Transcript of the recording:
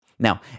Now